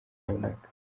runaka